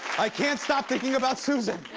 i can't stop thinking about susan.